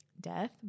death